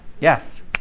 Yes